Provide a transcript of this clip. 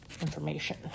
information